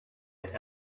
had